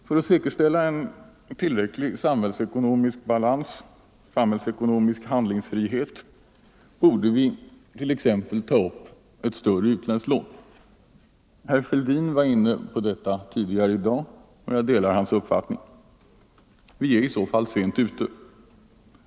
För att säkerställa en tillräcklig samhällsekonomisk handlingsfrihet, borde vi t.ex. ta ett större utländskt lån. Herr Fälldin var inne på detta tidigare i dag, och jag delar hans uppfattning. Vi är i så fall sent ute.